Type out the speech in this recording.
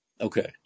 Okay